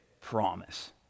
promise